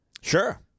Sure